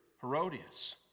Herodias